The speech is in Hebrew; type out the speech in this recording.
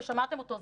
ושמעתם אותו,